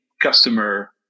customer